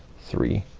three,